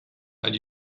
and